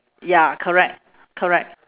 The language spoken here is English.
ya correct correct